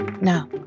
Now